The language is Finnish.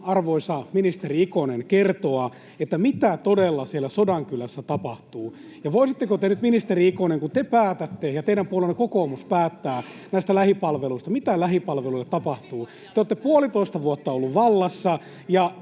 arvoisa ministeri Ikonen, kertoa, mitä todella siellä Sodankylässä tapahtuu? Voisitteko te nyt, ministeri Ikonen, kun te päätätte ja teidän puolueenne kokoomus päättää näistä lähipalveluista, kertoa, mitä lähipalveluille tapahtuu? Te olette puolitoista vuotta olleet vallassa,